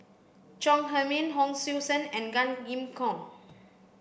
Chong Heman Hon Sui Sen and Gan Kim Yong